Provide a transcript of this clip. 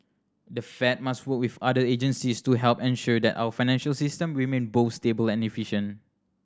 the Fed must work with other agencies to help ensure that our financial system remain both stable and efficient